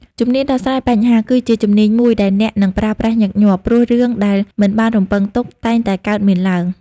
ជំនាញដោះស្រាយបញ្ហា គឺជាជំនាញមួយដែលអ្នកនឹងប្រើប្រាស់ញឹកញាប់ ព្រោះរឿងដែលមិនបានរំពឹងទុកតែងតែកើតមានឡើង។